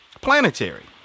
Planetary